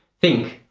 think,